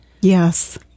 Yes